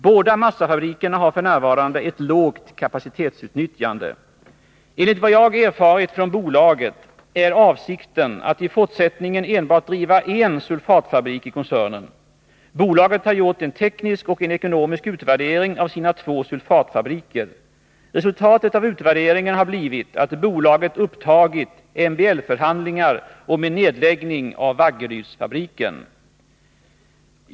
Båda massafabrikerna har f.n. ett lågt kapacitetsutnyttjande. Enligt vad jag erfarit från bolaget är avsikten att i fortsättningen enbart driva en sulfatfabrik i koncernen. Bolaget har gjort en teknisk och en ekonomisk utvärdering av sina två sulfatfabriker. Resultatet av utvärderingen har blivit att bolaget upptagit MBL-förhandlingar om en nedläggning av Vaggerydsfabriken.